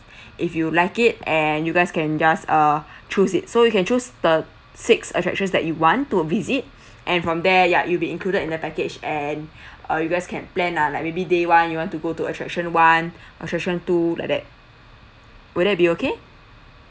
if you like it and you guys can just err choose it so you can choose the six attractions that you want to visit and from there ya it will be included in the package and uh you guys can plan ah like maybe day one you want to go to attraction one attraction two like that would that be okay